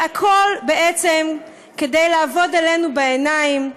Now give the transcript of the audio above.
והכול בעצם כדי לעבוד עלינו בעיניים,